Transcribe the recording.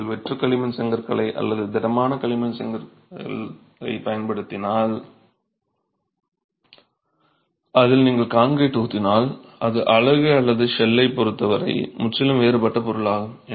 நீங்கள் வெற்று களிமண் செங்கற்களை அல்லது திடமான களிமண் தொகுதிகளைப் பயன்படுத்தினால் அதில் நீங்கள் கான்கிரீட் ஊற்றினால் அது அலகு அல்லது ஷெல்லைப் பொறுத்தவரை முற்றிலும் வேறுபட்ட பொருளாகும்